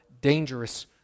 dangerous